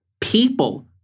People